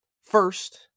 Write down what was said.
first